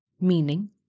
Meaning